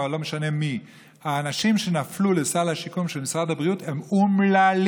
לא משנה מי: האנשים שנפלו לסל השיקום של משרד הבריאות הם אומללים,